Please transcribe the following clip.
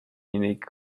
unique